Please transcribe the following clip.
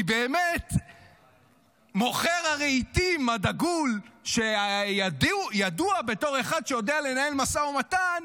כי באמת מוכר הרהיטים הדגול ידוע בתור אחד שיודע לנהל משא ומתן.